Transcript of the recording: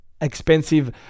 expensive